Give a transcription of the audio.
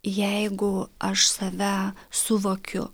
jeigu aš save suvokiu